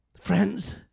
Friends